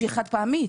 שהיא חד-פעמית,